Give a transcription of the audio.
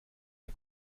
wir